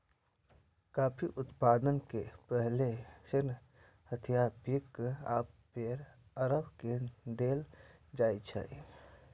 coffee उत्पादन के पहिल श्रेय इथियोपिया आ फेर अरब के देल जाइ छै